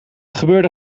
gebeurde